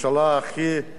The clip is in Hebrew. ממשלה הכי כבדה, הכי גדולה,